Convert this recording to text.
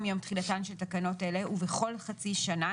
מיום תחילתן של תקנות אלה ובכל חצי שנה,